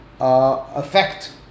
effect